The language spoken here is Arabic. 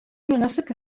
نفسك